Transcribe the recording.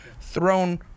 thrown